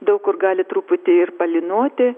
daug kur gali truputį ir palynoti